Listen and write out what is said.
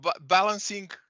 balancing